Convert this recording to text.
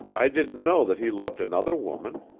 i didn't know that he loved another woman.